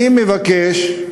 אני מבקש,